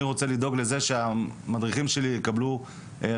אני רוצה לדאוג לזה שהמדריכים שלי יקבלו ריענון,